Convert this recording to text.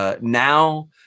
Now